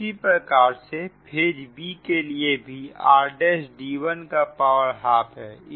इसी प्रकार से फेज b के लिए भी r'd1 का पावर हाफ हैं